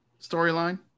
storyline